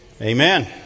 Amen